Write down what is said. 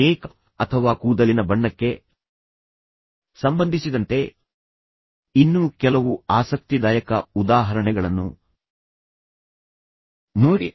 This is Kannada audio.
ಮೇಕಪ್ ಅಥವಾ ಕೂದಲಿನ ಬಣ್ಣಕ್ಕೆ ಸಂಬಂಧಿಸಿದಂತೆ ಇನ್ನೂ ಕೆಲವು ಆಸಕ್ತಿದಾಯಕ ಉದಾಹರಣೆಗಳನ್ನು ನೋಡಿ